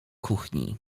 kuchni